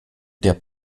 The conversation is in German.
der